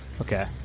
Okay